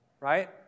Right